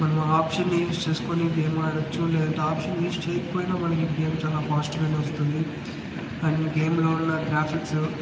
మనం option use చేసుకొని game ఆడచ్చు లేదంటే ఆప్షన్ యూస్ చేయకపోయినా మనకి గేమ్ చాలా ఫాస్ట్గానే వస్తుంది అండ్ గేమ్లో ఉన్న గ్రాఫిక్స్